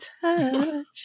touch